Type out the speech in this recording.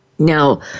Now